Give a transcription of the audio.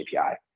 API